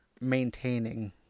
maintaining